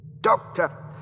Doctor